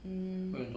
hmm